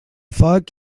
foc